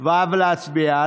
ו' להצביע.